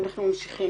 אנחנו ממשיכים,